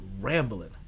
rambling